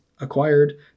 acquired